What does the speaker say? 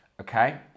okay